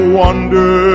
wonder